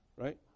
right